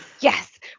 Yes